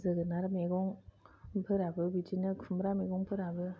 जोगोनार मैगं फोराबो बिदिनो खुमब्रा मैगं फोराबो